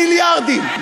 מיליארדים.